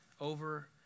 over